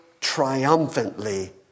triumphantly